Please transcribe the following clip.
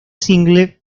single